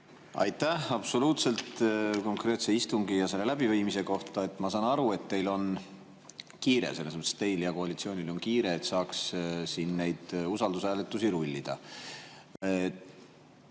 Aitäh! Absoluutselt konkreetse istungi ja selle läbiviimise kohta. Ma saan aru, et teil on kiire. Teil ja koalitsioonil on kiire, et saaks siin neid usaldushääletusi rullida.